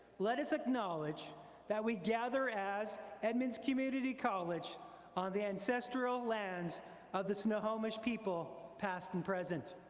let us acknowledge that we gather as edmonds community college on the ancestral lands of the snohomish people, past and present.